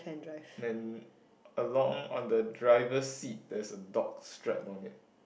and along on the driver's seat there's a dog strap on it